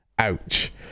Ouch